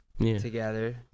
together